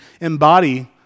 embody